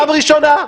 פעם ראשונה.